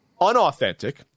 unauthentic